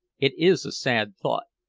it is a sad thought,